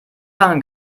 lange